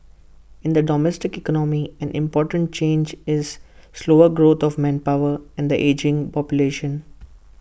in the domestic economy an important change is slower growth of manpower and the ageing population